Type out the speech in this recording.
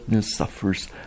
suffers